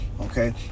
okay